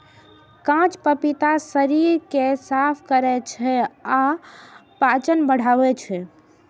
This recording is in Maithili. कांच पपीता शरीर कें साफ करै छै आ पाचन बढ़ाबै छै